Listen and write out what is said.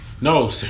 no